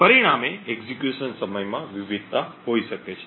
પરિણામે એક્ઝેક્યુશન સમયમાં વિવિધતા હોઈ શકે છે